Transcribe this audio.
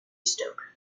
stoke